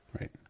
Right